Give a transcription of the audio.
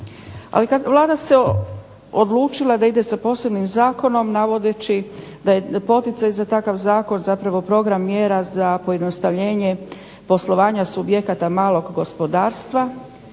ali kad Vlada se odlučila da ide sa posebnim zakonom navodeći da je poticaj za takav zakon zapravo program mjera za pojednostavljenje poslovanja subjekata malog gospodarstva